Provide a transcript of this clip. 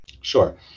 Sure